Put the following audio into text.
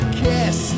kiss